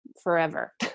forever